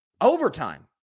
overtime